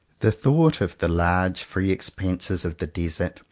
the thought of the large free expanses of the desert,